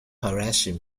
harassing